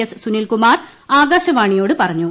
S Sunilkumar ആകാശവാണിയോട് പറഞ്ഞു